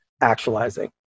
actualizing